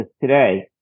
today